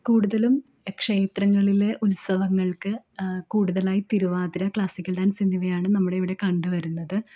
കൂടുതലും ക്ഷേത്രങ്ങളിലെ ഉത്സവങ്ങൾക്ക് കൂടുതലായി തിരുവാതിര ക്ലാസിക്കൽ ഡാൻസ് എന്നിവയാണ് നമ്മുടെ ഇവിടെ കണ്ടുവരുന്നത്